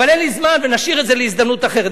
אבל אין לי זמן ונשאיר את זה להזדמנות אחרת.